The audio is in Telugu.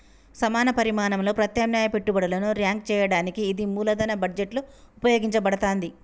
సమాన పరిమాణంలో ప్రత్యామ్నాయ పెట్టుబడులను ర్యాంక్ చేయడానికి ఇది మూలధన బడ్జెట్లో ఉపయోగించబడతాంది